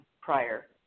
prior